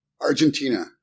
Argentina